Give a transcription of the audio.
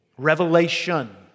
Revelation